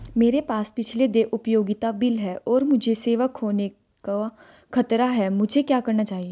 मेरे पास पिछले देय उपयोगिता बिल हैं और मुझे सेवा खोने का खतरा है मुझे क्या करना चाहिए?